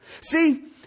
See